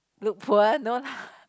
look poor no lah